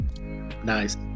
nice